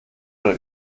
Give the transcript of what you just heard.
oder